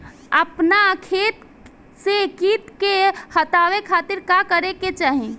अपना खेत से कीट के हतावे खातिर का करे के चाही?